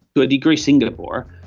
to a degree, singapore,